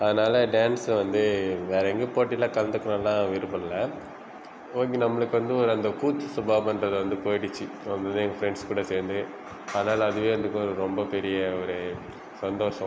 அதனால் டான்ஸ் வந்து வேறு எங்கேயும் போட்டியில் கலந்துக்குனுன்லா விருப்போம் இல்லை ஓகே நம்மளுக்கு வந்து ஒரு அந்த கூச்ச சுபாவோன்றது வந்து போயிடுச்சு ரொம்பவே ஃப்ரெண்ட்ஸ் கூட சேர்ந்து அதனால் அதுவே வந்து ஒரு ரொம்ப பெரிய ஒரு சந்தோஷம்